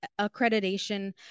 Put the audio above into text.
accreditation